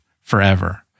forever